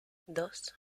dos